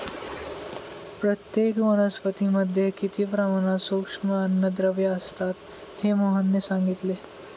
प्रत्येक वनस्पतीमध्ये किती प्रमाणात सूक्ष्म अन्नद्रव्ये असतात हे मोहनने सांगितले